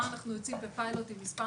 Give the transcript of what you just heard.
אנחנו יוצאים בפיילוט עם מספר